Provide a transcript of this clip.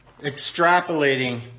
extrapolating